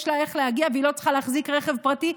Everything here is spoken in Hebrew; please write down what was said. לה איך להגיע והיא לא צריכה להחזיק רכב פרטי,